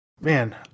Man